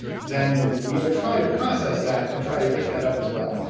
then we'll try to process that and try to pick that up as well.